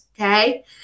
Okay